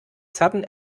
sudden